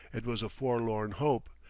it was a forlorn hope.